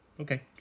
okay